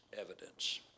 Evidence